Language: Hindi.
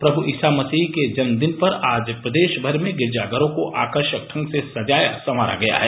प्रमु ईसा मसीह के जन्मदिन पर आज प्रदेश भर में गिरजा घरों को आकर्षक ढंग से सजाया संवारा गया है